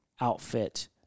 outfit